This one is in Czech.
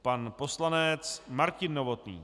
Pan poslanec Martin Novotný.